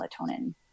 melatonin